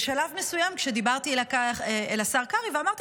בשלב מסוים דיברתי אל השר קרעי ואמרתי